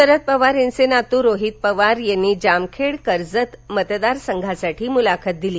शरद पवार यांचे नातू रोहित पवार यांनी जामखेड कर्जत मतदारसंघासाठी मूलाखत दिली